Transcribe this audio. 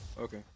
okay